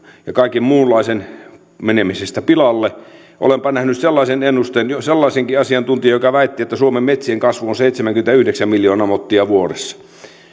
ja kaiken muunlaisen menemisestä pilalle olenpa nähnyt sellaisen ennusteen sellaisenkin asiantuntijan joka väitti että suomen metsien kasvu on seitsemänkymmentäyhdeksän miljoonaa mottia vuodessa